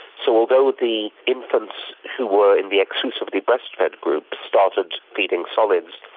so although the infants who were in the exclusively breastfed group started feeding solids,